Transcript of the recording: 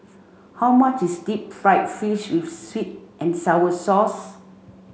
how much is Deep Fried Fish with Sweet and Sour Sauce